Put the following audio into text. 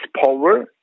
power